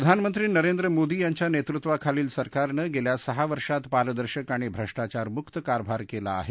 प्रधानमंत्री नरेंद्र मोदी यांच्या नेतृत्वाखालील सरकारनं गेल्या सहा वर्षात पारदर्शक आणि भ्रष्टाचार मुक्त कारभार केला आहे